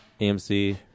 AMC